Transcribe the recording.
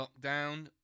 lockdown